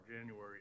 January